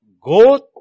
go